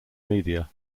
media